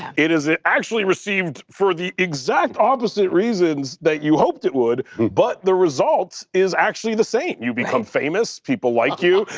it is actually received for the exact opposite reasons that you hoped it would, but the result is actually the same. you become famous, people like you.